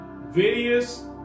various